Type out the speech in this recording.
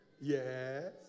Yes